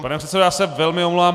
Pane předsedo, já se velmi omlouvám.